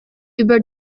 über